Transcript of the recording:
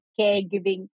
caregiving